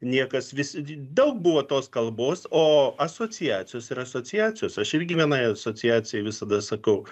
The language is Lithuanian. niekas vis daug buvo tos kalbos o asociacijos ir asociacijos aš irgi vienai asociacijai visada sakau